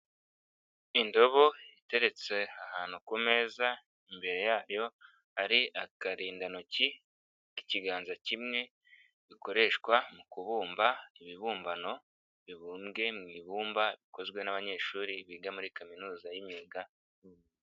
Indobo iteretse ahantu ku meza, imbere yayo hari akarindantoki k'ikiganza kimwe, bikoreshwa mu kubumba ibibumbano bibumbwe mu ibumba, bikozwe n'abanyeshuri biga muri kaminuza y'imyuga.